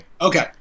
okay